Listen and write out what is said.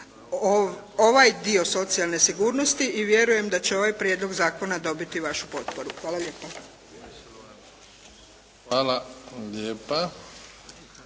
ovaj dio socijalne sigurnosti i vjerujem da će ovaj prijedlog zakona dobiti vašu potporu. Hvala lijepo. **Bebić,